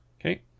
Okay